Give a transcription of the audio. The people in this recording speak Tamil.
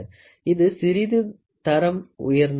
இது சிறிது தரம் உயர்ந்ததாகும்